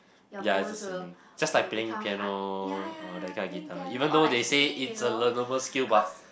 ya just like playing piano or that kind of guitar even though they say it's a learnable skill but